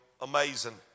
amazing